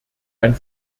ein